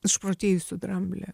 išprotėjusį dramblį